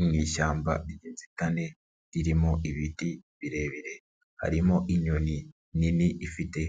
Mu ishyamba ry'inzitane, ririmo ibiti birebire, harimo inyoni nini ifite